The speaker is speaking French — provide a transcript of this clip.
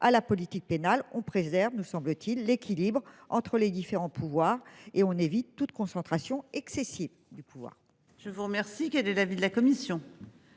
à la politique pénale on préserve nous semble-t-il l'équilibre entre les différents pouvoirs et on évite toute concentration excessive du pouvoir. Je vous remercie. Qui est de l'avis de la commission.